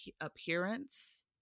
appearance